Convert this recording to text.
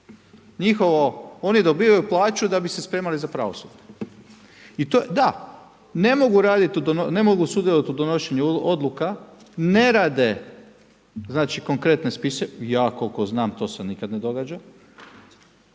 oni dobivaju plaću da bi se spremali za pravosudni. I to je, da, ne mogu raditi, ne mogu sudjelovati u donošenju odluka, ne rade znači konkretne spise, ja koliko znam to se nikada ne događa.